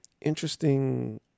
interesting